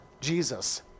Jesus